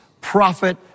prophet